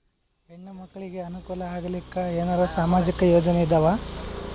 ಹೆಣ್ಣು ಮಕ್ಕಳಿಗೆ ಅನುಕೂಲ ಆಗಲಿಕ್ಕ ಏನರ ಸಾಮಾಜಿಕ ಯೋಜನೆ ಇದಾವ?